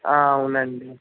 అవును అండి